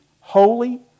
holy